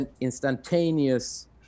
instantaneous